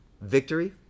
victory